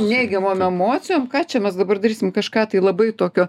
neigiamom emocijom ką čia mes dabar darysim kažką tai labai tokio